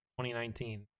2019